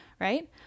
right